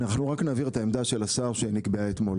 אנחנו רק נעביר את העמדה של השר שנקבעה אתמול,